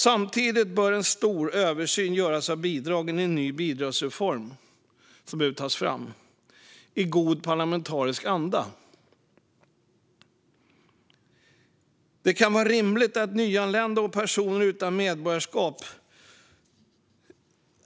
Samtidigt bör en stor översyn av bidragen göras i en ny bidragsreform som behöver tas fram i god parlamentarisk anda.